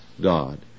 God